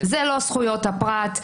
זה לא זכויות הפרט,